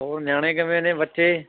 ਹੋਰ ਨਿਆਣੇ ਕਿਵੇਂ ਨੇ ਬੱਚੇ